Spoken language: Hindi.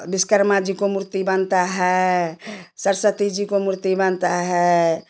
विश्वकर्म जी को मूर्ति बनता है सरस्वती जी को मूर्ति बनता है